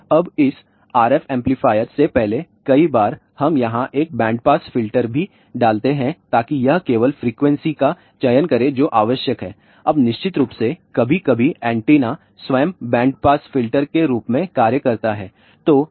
अब इस RF amplifier से पहले कई बार हम यहां एक बैंड पास फिल्टर भी डालते हैं ताकि यह केवल फ्रीक्वेंसी का चयन करे जो आवश्यक हैं अब निश्चित रूप से कभी कभी एंटीना स्वयं बैंड पास फिल्टर के रूप में कार्य करता है